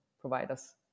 providers